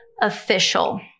official